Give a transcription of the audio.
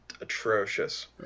atrocious